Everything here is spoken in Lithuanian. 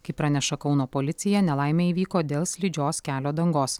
kaip praneša kauno policija nelaimė įvyko dėl slidžios kelio dangos